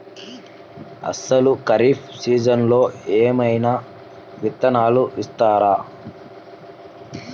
అసలు ఖరీఫ్ సీజన్లో ఏమయినా విత్తనాలు ఇస్తారా?